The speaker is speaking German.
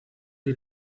die